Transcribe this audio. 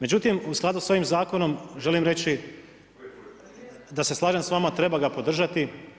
Međutim, u skladu s ovim zakonom želim reći da se slažem s vama, treba ga podržati.